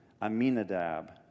Aminadab